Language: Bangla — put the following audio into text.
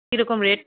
কিরকম রেট